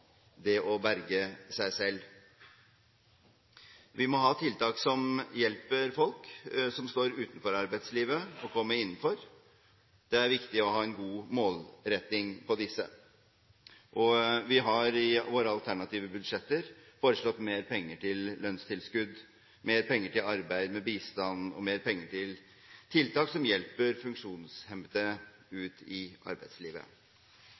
det å berge seg selv. Vi må ha tiltak som hjelper folk som står utenfor arbeidslivet, å komme innenfor. Det er viktig å ha en god målretting av disse. Vi har i våre alternative budsjetter foreslått mer penger til lønnstilskudd, mer penger til arbeid med bistand og mer penger til tiltak som hjelper funksjonshemmede ut i arbeidslivet.